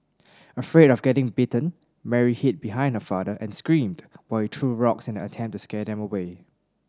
afraid of getting bitten Mary hid behind her father and screamed while he threw rocks in an attempt to scare them away